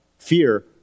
Fear